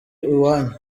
iwanyu